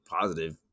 positive